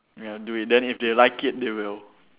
ya do it then if they like it they will